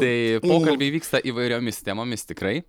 tai pokalbiai vyksta įvairiomis temomis tikrai